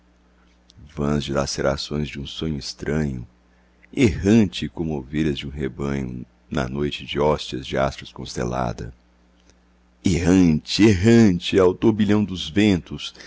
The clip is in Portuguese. tormento vivo vãs dilacerações de um sonho estranho errante como ovelhas de um rebanho na noite de hóstias de astros constelada errante errante ao turbilhão dos ventos